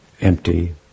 empty